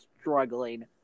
struggling